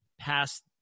past